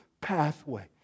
pathway